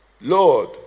lord